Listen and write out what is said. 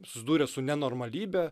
susidūrę su nenormalybe